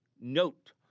Note